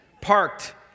parked